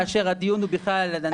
כאשר הדיון הוא בכלל על אנשים מאוקראינה